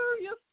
yes